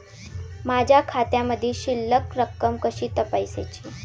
माझ्या खात्यामधील शिल्लक रक्कम कशी तपासायची?